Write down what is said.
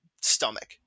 stomach